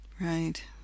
right